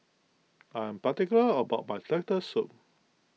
I am particular about my Turtle Soup